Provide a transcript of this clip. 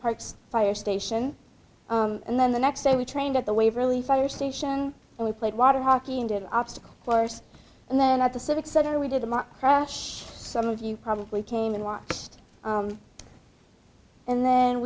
parks fire station and then the next day we trained at the waverly fire station and we played water hockey and an obstacle course and then at the civic center we did a mock crash some of you probably came and watched and then